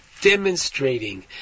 demonstrating